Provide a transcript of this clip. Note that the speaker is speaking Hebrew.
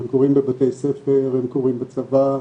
הם קורים בבתי ספר והם קורים בצבא,